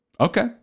Okay